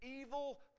evil